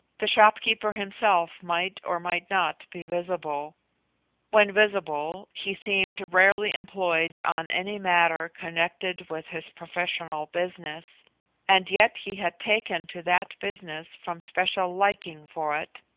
the shopkeeper himself might or might not be visible when visible, he seemed rarely employed on any matter connected with his professional business and yet he had taken to that business from special liking for it,